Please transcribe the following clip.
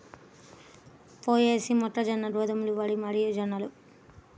పొయేసీ, మొక్కజొన్న, గోధుమలు, వరి మరియుజొన్నలు